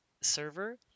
server